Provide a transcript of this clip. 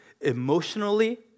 emotionally